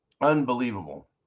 Unbelievable